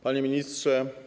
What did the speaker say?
Panie Ministrze!